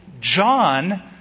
John